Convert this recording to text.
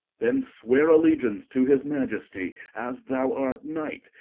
then sweare allegeance to his maiesty, as thou art knight,